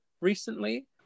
recently